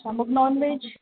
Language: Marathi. हा मग नॉनव्हेज